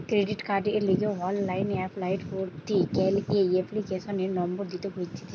credit কার্ডের লিগে online apply করতি গ্যালে এপ্লিকেশনের নম্বর দিতে হতিছে